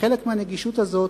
וחלק מהנגישות הזאת,